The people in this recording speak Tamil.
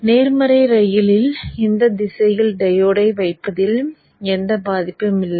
நேர்மறை ரயிலில் இந்த திசையில் டையோடை வைப்பதில் எந்தத் பாதிப்பும் இல்லை